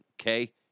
okay